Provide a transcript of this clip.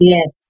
Yes